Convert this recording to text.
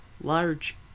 large